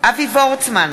אבי וורצמן,